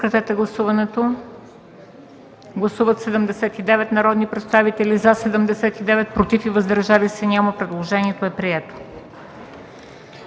Предложението е прието.